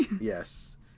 yes